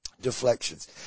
deflections